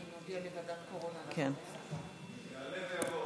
יעלה ויבוא